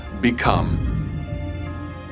become